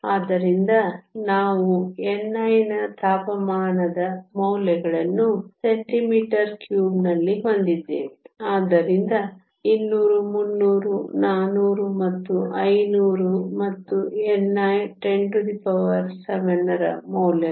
ಆದ್ದರಿಂದ ನಾವು ni ನ ತಾಪಮಾನದ ಮೌಲ್ಯಗಳನ್ನು cm3 ನಲ್ಲಿ ಹೊಂದಿದ್ದೇವೆ ಆದ್ದರಿಂದ 200 300 400 ಮತ್ತು 500 ಮತ್ತು ni 107 ರ ಮೌಲ್ಯಗಳು